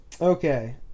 Okay